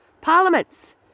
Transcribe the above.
parliaments